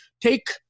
Take